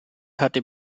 hatte